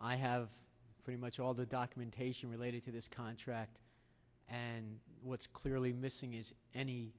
i have pretty much all the documentation related to this contract and what's clearly missing is any